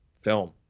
film